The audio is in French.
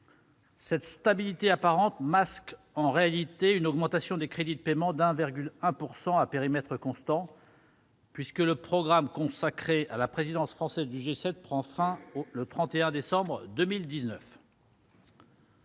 Cette stabilité apparente masque en réalité une augmentation des crédits de paiement de 1,1 % à périmètre constant, puisque le programme consacré à la présidence française du G7 prend fin le 31 décembre 2019.